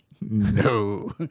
No